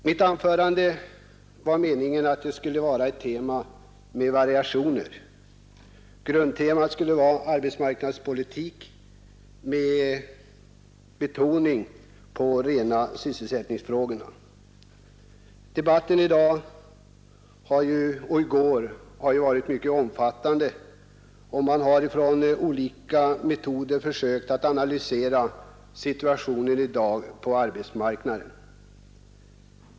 Mitt anförande skulle behandla ett tema med variationer. Grundtemat skulle vara arbetsmarknadspolitik med tonvikt på de rena sysselsättningsfrågorna. Debatten i dag och i går har varit mycket omfattande, och man har med olika metoder försökt analysera dagens situation på arbetsmarknaden.